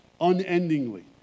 unendingly